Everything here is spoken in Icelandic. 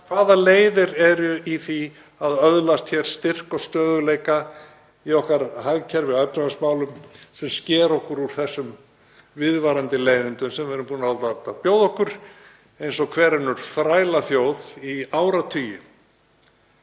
hvaða leiðir eru í því að öðlast styrk og stöðugleika í okkar hagkerfi og efnahagsmálum sem sker okkur úr þessum viðvarandi leiðindum sem við höfum látið bjóða okkur eins og hver önnur þrælaþjóð í áratugi.